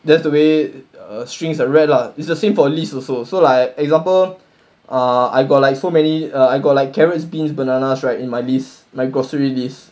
that's the way uh strings are read lah it's the same for list also so like example err I got like so many ah I got like carrots beans banana right in my list my grocery list